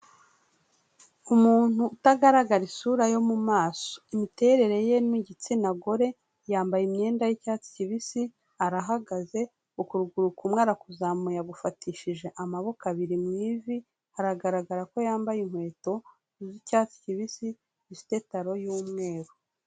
Umuntu utagaragara isura yo mu maso imiterere ye ni igitsina gore yambaye imyenda y'icyatsi kibisi arahagaze ukuguru kumwe arakuzamuye agufatishije amaboko abiri mu ivi hagaragara ko yambaye inkweto z'icyatsi kibisi zifite taro y'umweru.